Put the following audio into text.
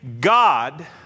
God